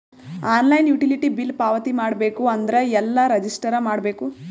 Online utility bill ಪಾವತಿ ಮಾಡಬೇಕು ಅಂದ್ರ ಎಲ್ಲ ರಜಿಸ್ಟರ್ ಮಾಡ್ಬೇಕು?